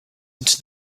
into